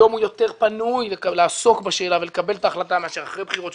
היום הוא יותר פנוי לעסוק בשאלה ולקבל את ההחלטה מאשר אחרי בחירות,